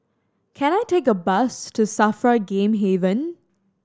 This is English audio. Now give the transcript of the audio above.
can I take a bus to SAFRA Game Haven